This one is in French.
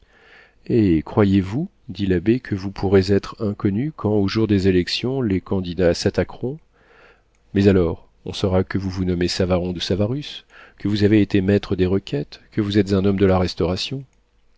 eh croyez-vous dit l'abbé que vous pourrez être inconnu quand au jour des élections les candidats s'attaqueront mais alors on saura que vous vous nommez savaron de savarus que vous avez été maître des requêtes que vous êtes un homme de la restauration